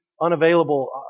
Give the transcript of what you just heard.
unavailable